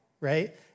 Right